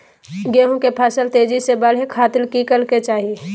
गेहूं के फसल तेजी से बढ़े खातिर की करके चाहि?